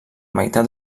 meitat